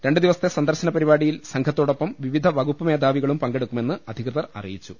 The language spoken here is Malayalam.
രണ്ടു ദിവസത്തെ സന്ദർശന പരിപാടിയിൽ സംഘത്തോടൊപ്പം വിവിധ വകുപ്പുമേധാവികളും പങ്കെടുക്കുമെന്ന് അധികൃതർ അറിയിച്ചു